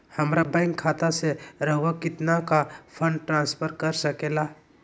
हमरा बैंक खाता से रहुआ कितना का फंड ट्रांसफर कर सके ला?